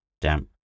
Damp